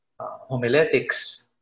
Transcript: homiletics